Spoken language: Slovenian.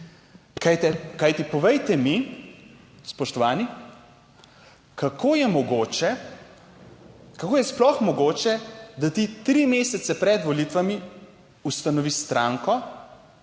Kajti povejte mi spoštovani, kako je mogoče, kako je sploh mogoče, da ti tri mesece pred volitvami ustanoviš stranko,